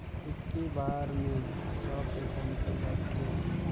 इक्की बार मे सब पइसा निकल जाते?